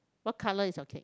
what color is your cake